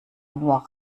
nur